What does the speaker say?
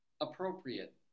appropriate